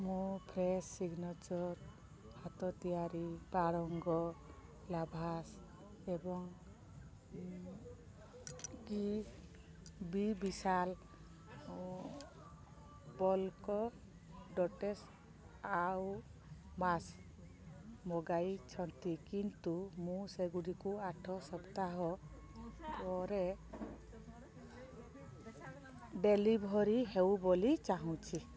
ମୁଁ fresh signature ହାତ ତିଆରି ପାଳଙ୍ଗ ଲାଭାଶ୍ ଏବଂ ଇ ବି ବିଶାଲ ପୋଲ୍କ୍ ଡଟେସ୍ ଆଉ ମାସ୍କ୍ ମଗାଇଛି କିନ୍ତୁ ମୁଁ ସେଗୁଡ଼ିକୁ ଆଠ ସପ୍ତାହ ପରେ ଡେଲିଭରି ହେଉ ବୋଲି ଚାହୁଁଛି